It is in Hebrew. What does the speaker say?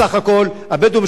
בסך הכול הבדואים,